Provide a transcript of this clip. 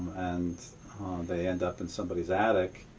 and they end up in somebody's attic,